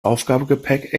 aufgabegepäck